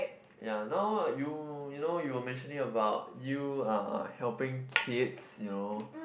ya now you you know you were mentioning about you uh helping kids you know